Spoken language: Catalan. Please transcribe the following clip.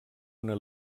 una